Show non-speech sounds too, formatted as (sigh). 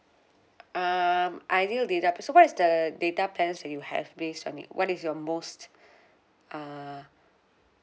um ideal data okay what is the data plans that you have based on it what is your most (breath) ah